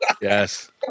Yes